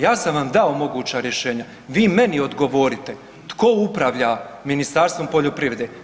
Ja sam vam dao moguća rješenja, vi meni odgovorite, tko upravlja Ministarstvom poljoprivrede?